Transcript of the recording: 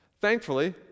Thankfully